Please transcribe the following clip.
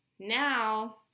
Now